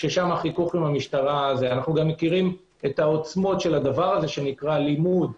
ששם החיכוך עם המשטרה אנו גם מכירים את העוצמות של זה שנקרא לימוד,